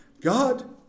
God